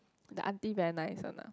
the aunty very nice one ah